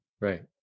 Right